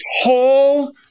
whole